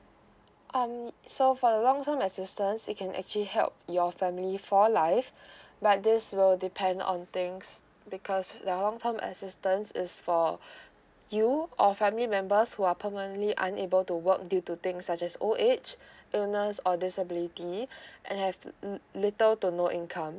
um so for the long term assistance we can actually help your family for life but this will depend on things because the long term assistance is for you or family members who are permanently unable to work due to thing such as old age illness or disability and have l~ l~ little to no income